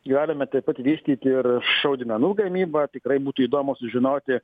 galime taip pat vystyti ir šaudmenų gamybą tikrai būtų įdomu sužinoti